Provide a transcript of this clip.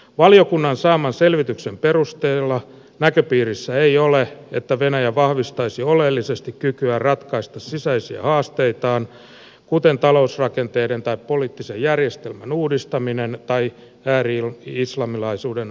valiokunnan saaman selvityksen perusteella näköpiirissä ei ole että venäjä vahvistaisi oleellisesti kykyä ratkaista sisäisiä haasteitaan kuten talousrakenteiden tai poliittisen järjestelmän uudistamista tai ääri islamilaisuuden vahvistumista